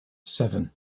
seven